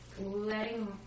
letting